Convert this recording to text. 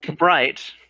Right